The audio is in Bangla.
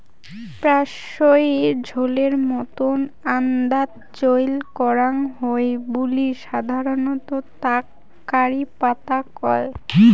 প্রায়শই ঝোলের মতন আন্দাত চইল করাং হই বুলি সাধারণত তাক কারি পাতা কয়